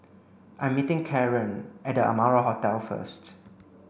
I'm meeting Kaaren at The Amara Hotel first